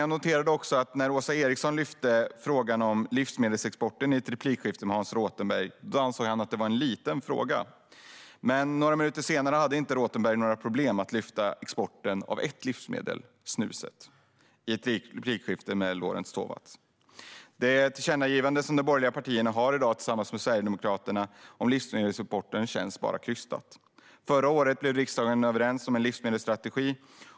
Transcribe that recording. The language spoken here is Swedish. Jag noterade att när Åsa Eriksson tog upp frågan om livsmedelsexporten i ett replikskifte med Hans Rothenberg ansåg han att det var en liten fråga. Men några minuter senare hade Rothenberg inga problem med att ta upp exporten av ett livsmedel, snuset, i ett replikskifte med Lorentz Tovatt. Det tillkännagivande som de borgerliga partierna har i dag tillsammans med Sverigedemokraterna om livsmedelsexport känns bara krystat. Förra året kom vi i riksdagen överens om en livsmedelsstrategi.